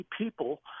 people